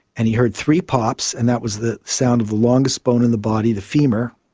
and he heard three pops, and that was the sound of the longest bone in the body, the femur,